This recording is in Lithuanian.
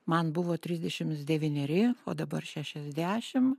man buvo trisdešims devyneri o dabar šešiasdešim